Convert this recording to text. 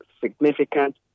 significant